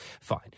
Fine